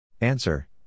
Answer